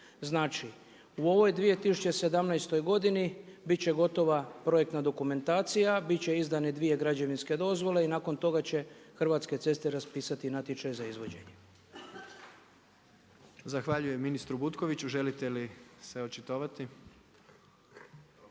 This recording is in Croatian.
Znači u ovoj 2017. godini bit će gotova projektna dokumentacija, bit će izdane dvije građevinske dozvole i nakon toga će Hrvatske ceste raspisati natječaj za izvođenje. **Jandroković, Gordan (HDZ)** Zahvaljujem ministru Butkoviću. Želite li se očitovati?